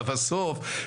בסוף,